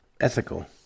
ethical